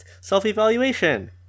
Self-Evaluation